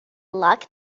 luck